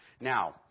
Now